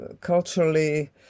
culturally